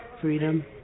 freedom